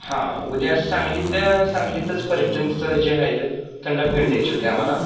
हां उद्या सांगलीतल्या सांगलीतच पर्यटन स्थळ जे आहेत त्यांना भेट द्यायची होती आम्हाला